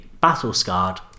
battle-scarred